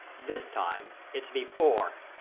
this time it's before.